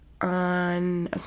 on